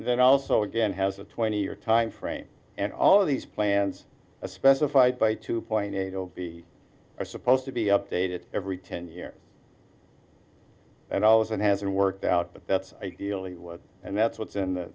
and then also again has a twenty year time frame and all of these plans a specified by two point eight zero b are supposed to be updated every ten years and all is and has been worked out but that's ideally what and that's what's in the